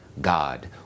God